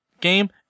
game